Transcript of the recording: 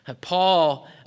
paul